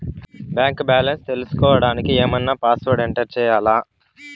Bank balance తెలుసుకోవడానికి ఏమన్నా password enter చేయాలా?